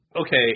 okay